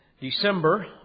December